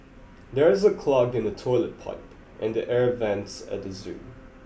there is a clog in the toilet pipe and the air vents at the zoo